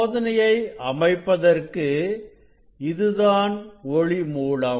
சோதனையை அமைப்பதற்கு இதுதான் ஒளி மூலம்